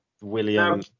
William